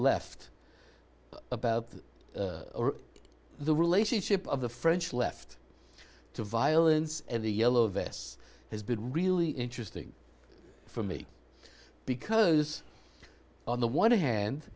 left about the relationship of the french left to violence and the yellow vests has been really interesting for me because on the one hand